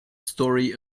story